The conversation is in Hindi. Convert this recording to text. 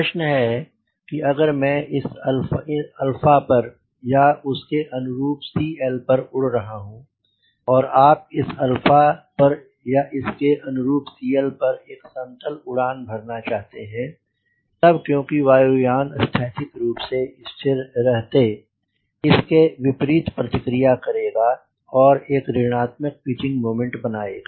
प्रश्न है कि अगर मैं इन अल्फा पर या उसके अनुरूप CL पर उड़ रहा हूँ और आप इस अल्फा पर या इसके अनुरूप CL पर एक समतल उड़ान भरना चाहते हैं तब क्योंकि वायुयान स्थैतिक रूप से स्थिर रहते इसकी विपरीत प्रतिक्रिया करेगा और एक ऋणात्मक पिचिंग मोमेंट बनाएगा